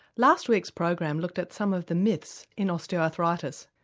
last week's program looked at some of the myths in osteoarthritis.